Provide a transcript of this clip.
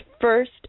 first